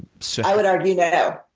so i would argue no.